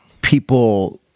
people